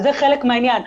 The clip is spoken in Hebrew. זה חלק מהעניין,